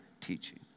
teaching